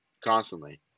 constantly